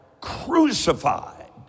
crucified